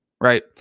Right